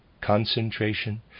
concentration